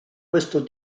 questo